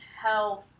health